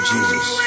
Jesus